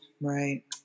right